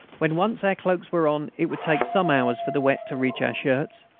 when once our cloaks were on it would take some hours for the wet to reach our shirts.